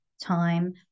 time